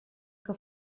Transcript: que